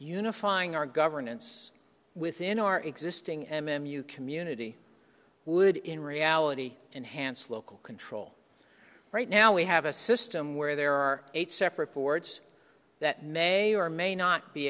unifying our governance within our existing m m u community would in reality enhance local control right now we have a system where there are eight separate boards that may or may not be